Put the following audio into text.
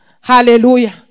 Hallelujah